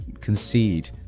concede